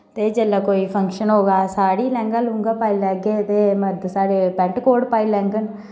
ते जिल्लै कोई फंक्शन होऐ साड़ी लैह्ंगा लुह्ंगा पाई लैगे ते मर्द साढ़े पैंट कोट पाई लैङन